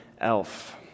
Elf